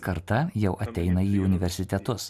karta jau ateina į universitetus